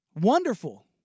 wonderful